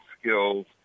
skills